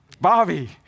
Bobby